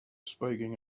speaking